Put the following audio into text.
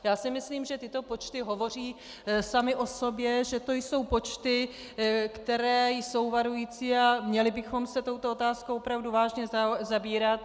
Já si myslím, že tyto počty hovoří samy o sobě, že to jsou počty, které jsou varující, a měli bychom se touto otázkou o pravdu vážně zaobírat.